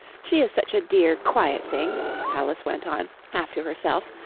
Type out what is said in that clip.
she is such a dear quiet thing alice went on, half to herself,